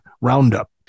Roundup